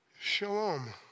Shalom